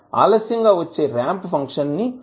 ఆలస్యం గా వచ్చే రాంప్ ఫంక్షన్ ఈ విధంగా నిర్వచించవచ్చు